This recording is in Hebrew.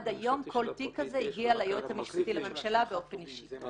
עד היום כל תיק כזה הגיע ליועץ המשפטי לממשלה באופן אישי.